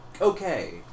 okay